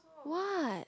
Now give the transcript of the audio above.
what